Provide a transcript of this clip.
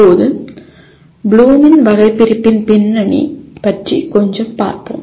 இப்போது ப்ளூமின் வகைபிரிப்பின் பின்னணி பற்றி கொஞ்சம் பார்ப்போம்